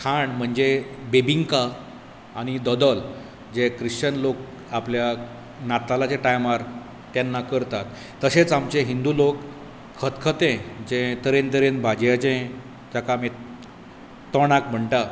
खाण म्हणजे बिबिन्का आनी दोदोल जे क्रिश्चन लोक आपल्या नातालाचे टायमार करता तशेच आमचे हिंदू लोक खतखतें जें तरेन तरेन भाजयांचें ताका आमी तोंडाक म्हणटा